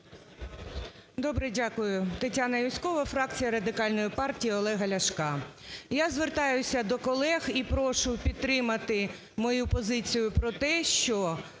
Добре. Дякую. Тетяна Юзькова, фракція Радикальної партії Олега Ляшка. Я звертаюся до колег і прошу підтримати мою позицію про те, що